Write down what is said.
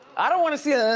i don't wanna see ah